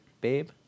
babe